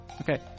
Okay